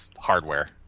hardware